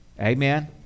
Amen